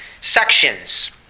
sections